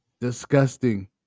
Disgusting